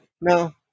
No